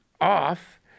off